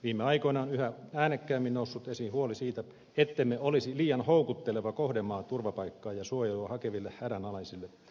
viime aikoina on yhä äänekkäämmin noussut esiin huoli siitä ettemme olisi liian houkutteleva kohdemaa turvapaikkaa ja suojelua hakeville hädänalaisille